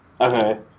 Okay